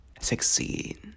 succeed